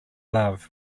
love